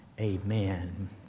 amen